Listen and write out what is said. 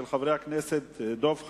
של חברי הכנסת דב חנין,